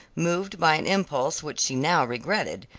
moved by an impulse which she now regretted,